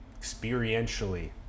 experientially